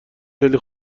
خیلی